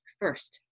first